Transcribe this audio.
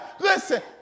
Listen